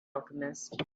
alchemist